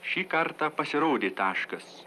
šį kartą pasirodė taškas